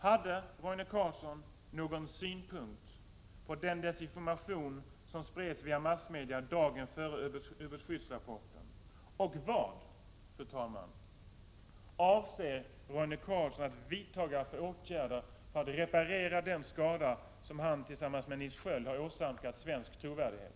Hade Roine Carlsson någon synpunkt på den desinformation som spreds via massmedia dagen före framläggandet av ubåtsskyddsrapporten? Vilka åtgärder avser Roine Carlsson att vidta för att reparera den skada han tillsammans med Nils Sköld har åsamkat svensk trovärdighet?